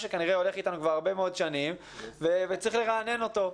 שכבר הולך אתנו הרבה מאוד שנים וצריך לרענן אותו.